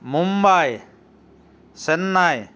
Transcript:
Mumbai Chennai